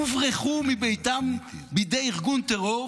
הוברחו מביתם בידי ארגון טרור,